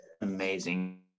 amazing